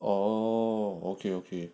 oh okay okay